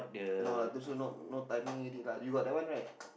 no lah this one no no timing already lah you got that one right